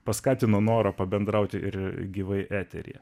paskatino norą pabendrauti ir gyvai eteryje